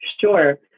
Sure